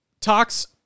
Tox